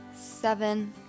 Seven